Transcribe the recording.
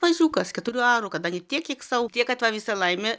mažiukas keturių arų kadangi tiek kiek sau tiek kad va visa laimė